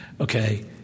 okay